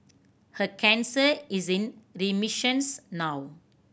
her cancer is in remissions now